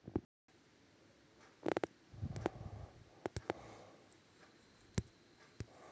ह्यो निधी सरकारी मालकीचो गुंतवणूक निधी असा जो स्टॉक सारखो वास्तविक आणि आर्थिक मालमत्तांत गुंतवणूक करता